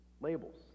labels